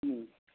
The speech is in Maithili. हूँ